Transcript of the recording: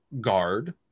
guard